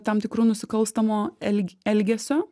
tam tikrų nusikalstamo elge elgesio